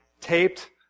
taped